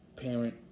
parent